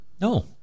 No